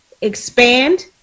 expand